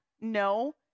No